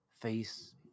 face